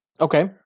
Okay